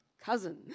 Cousin